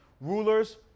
Rulers